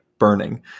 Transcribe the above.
burning